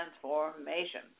Transformation